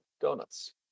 Donuts